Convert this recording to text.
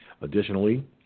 Additionally